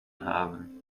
haben